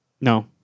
No